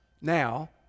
Now